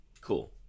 Cool